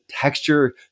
texture